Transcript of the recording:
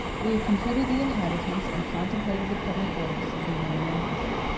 we have computed the inhabitants, and contemplated the public works, of the roman empire.